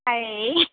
हाय